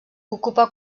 ocupa